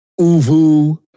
Uvu